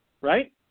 right